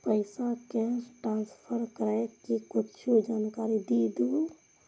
पैसा cash transfer करऐ कि कुछ जानकारी द दिअ